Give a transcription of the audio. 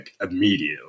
immediately